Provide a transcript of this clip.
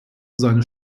seine